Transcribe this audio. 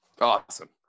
awesome